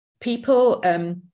people